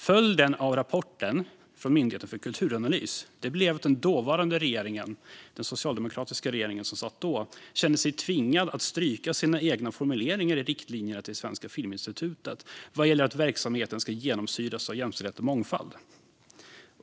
Följden av rapporten från Myndigheten för kulturanalys blev att den dåvarande socialdemokratiska regeringen kände sig tvingad att stryka sina egna formuleringar i riktlinjerna till Svenska Filminstitutet vad gäller att verksamheten ska genomsyras av jämställdhet och mångfald.